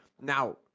Now